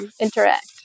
interact